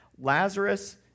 Lazarus